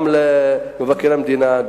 גם למבקר המדינה,